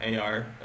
AR